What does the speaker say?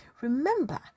Remember